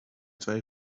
twee